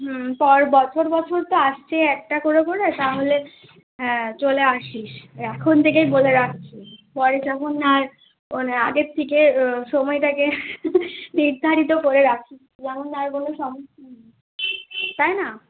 হুম পর বছর বছর তো আসছে একটা করে করে তাহলে হ্যাঁ চলে আসিস এখন থেকেই বলে রাখছি পরে যখন আর আগের থেকে সময়টাকে নির্ধারিত করে রাখিস তাই না